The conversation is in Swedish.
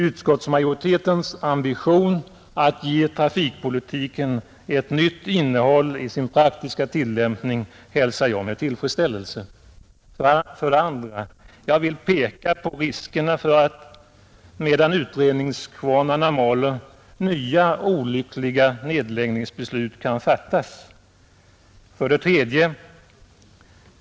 Utskottsmajoritetens ambition att ge trafikpolitiken ett nytt innehåll i sin praktiska tillämpning hälsar jag med tillfredsställelse. 73 2. Jag vill peka på riskerna för att — medan utredningskvarnarna maler — nya olyckliga nedläggningsbeslut kan fattas. 3.